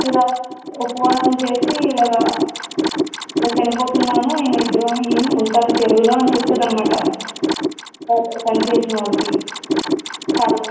ఇలా ఉపవాసం చేసి ఇలాగా ఇలా చనిపోతున్నాను నేను విగ్రహం అయి ఉంటాను చెరువులో అని చెప్పెదనమాట పనిచేసినోళ్ళకి క